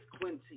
Quincy